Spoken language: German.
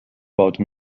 baute